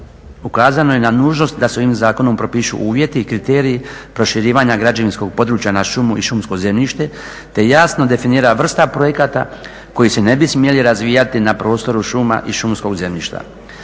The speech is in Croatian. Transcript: ukazano je na nužnost da se ovim zakonom propišu uvjeti i kriteriji proširivanja građevinskog područja na šumu i šumskog zemljište te jasno definira vrsta projekata koji se ne bi smjeli razvijati na prostoru šuma i šumskog zemljišta.